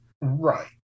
Right